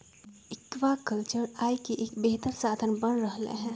aquaculture आय के एक बेहतर साधन बन रहले है